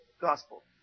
gospel